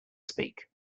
speak